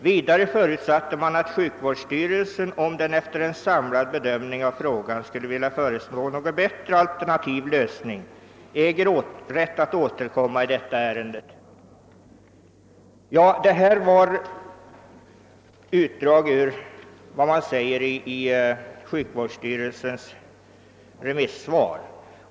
Vidare förutsatte man att sjukvårdsstyrelsen om den efter en samlad bedömning av frågan skulle vilja föreslå någon bättre, alternativ lösning ägde rätt att återkomma i detta ärende. Vad jag nu anfört är utdrag ur sjukvårdsstyrelsens remissvar.